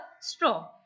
straw